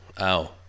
ow